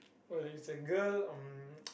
oh there is a girl on